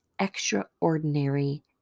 extraordinary